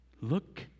Look